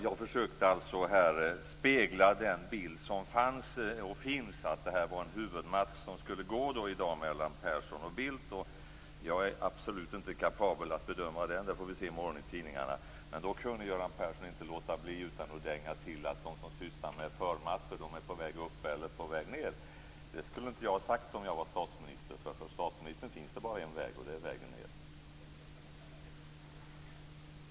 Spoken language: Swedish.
Jag försökte här spegla den bild som fanns och finns, att det i dag skulle genomföras en huvudmatch mellan Persson och Bildt. Jag är absolut inte kapabel att bedöma den. Hur det gått får vi se i morgontidningarna. Persson kunde inte låta bli att dänga till med att de som står för förmatcherna antingen är på väg upp eller på väg ned. Det skulle jag inte ha sagt, om jag hade varit statsminister, för det finns bara en väg för statsministern, och det är vägen ned.